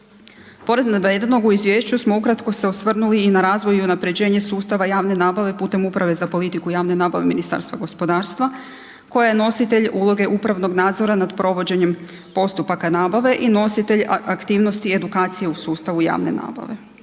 Pored navedenog, u izvješću smo ukratko se osvrnuli i na razvoj i unapređenje sustava javne nabave putem Uprave za politiku javne nabave Ministarstva gospodarstva koja je nositelj uloge upravnog nadzora nad provođenjem postupaka nabave i nositelj aktivnosti edukacije u sustavu javne nabave.